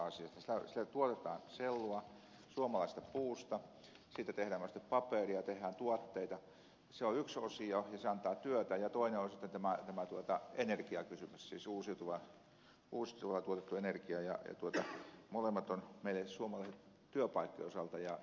kun sillä tuotetaan sellua suomalaisesta puusta siitä tehdään myöskin paperia tehdään tuotteita niin se on yksi osio ja se antaa työtä ja toinen on sitten tämä energiakysymys siis uusiutuvalla tuotettu energia ja molemmat ovat meille suomalaisten työpaikkojen osalta ja valuuttatulojen kannalta tärkeitä